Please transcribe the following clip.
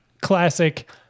classic